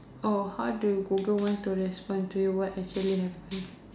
oh how do you Google want to respond to you what actually happen